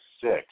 six